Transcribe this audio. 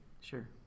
Sure